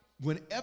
Whenever